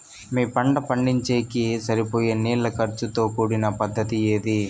మీ పంట పండించేకి సరిపోయే నీళ్ల ఖర్చు తో కూడిన పద్ధతి ఏది?